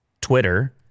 Twitter